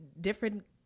different